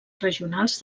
regionals